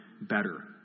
better